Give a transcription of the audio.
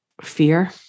fear